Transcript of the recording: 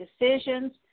decisions